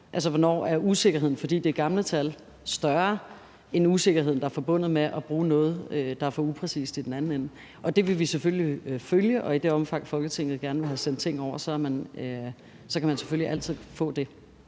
altså hvornår usikkerheden, der er der, fordi det er gamle tal, er større end den usikkerhed, der er forbundet med at bruge noget, der er for upræcist i den anden ende. Det vil vi selvfølgelig følge, og i det omfang, Folketinget gerne vil have sendt ting over, så kan man selvfølgelig altid få det.